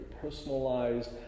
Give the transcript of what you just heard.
personalized